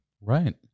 right